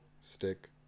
Stick